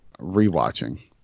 rewatching